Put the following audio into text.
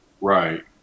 Right